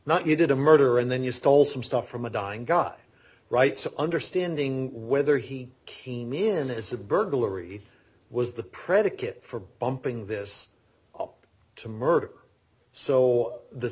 not you did a murder and then you stole some stuff from a dying guy right so understanding whether he kenyan is a burglary was the predicate for bumping this up to murder so the